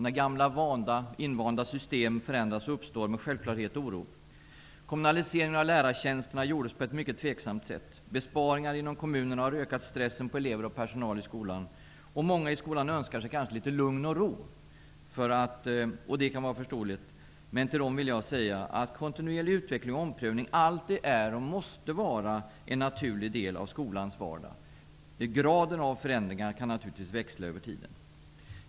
När gamla invanda system förändras uppstår med självklarhet oro. Kommunaliseringen av lärartjänsterna gjordes på ett mycket tvivelaktigt sätt. Besparingarna inom kommunerna har ökat stressen på elever och personal i skolan. Många i skolan önskar sig kanske litet lugn och ro, och det kan vara förståeligt. Till dem vill jag säga att kontinuerlig utveckling och omprövning alltid är och måste vara en naturlig del av skolans vardag. Graden av förändringar kan naturligtvis växla över tiden.